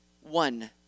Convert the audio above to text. one